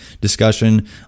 discussion